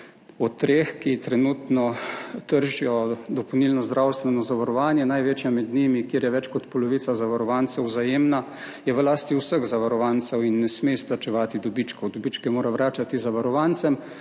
o treh, ki trenutno tržijo dopolnilno zdravstveno zavarovanje, največja med njimi, kjer je več kot polovica zavarovancev, Vzajemna, je v lasti vseh zavarovancev in ne sme izplačevati dobičkov, dobičke mora vračati zavarovancem.